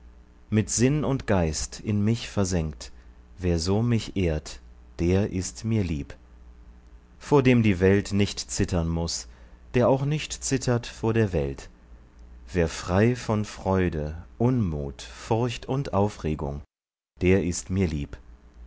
mit sinn und geist in mich versenkt wer so mich ehrt der ist mir lieb vor dem die welt nicht zittern muß der auch nicht zittert vor der welt wer frei von freude unmut furcht und aufregung der ist mir lieb